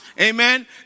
Amen